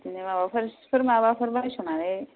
बिदिनो माबाफोर सिफोर माबाफोर बायस'नानै